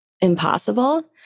impossible